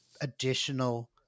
additional